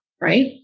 Right